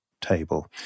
table